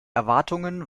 erwartungen